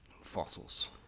Fossils